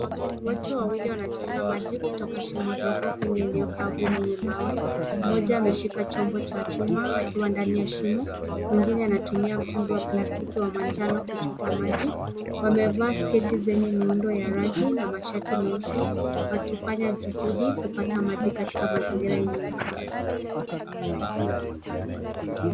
Watu wawili wanachota maji kutoka shimo dogo kwenye eneo kavu lenye mawe. Mmoja ameshika chombo cha chuma akiwa ndani ya shimo. Mwingine anatumia mtungi wa plastiki wa manjano kuchota maji. Wamevaa sketi zenye miundo ya rangi na mashati meusi wakifanya juhudi kupata maji katika mazingira yenye ukame.